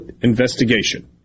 investigation